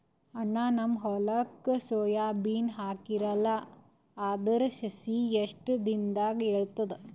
ಅಣ್ಣಾ, ನಿಮ್ಮ ಹೊಲಕ್ಕ ಸೋಯ ಬೀನ ಹಾಕೀರಲಾ, ಅದರ ಸಸಿ ಎಷ್ಟ ದಿಂದಾಗ ಏಳತದ?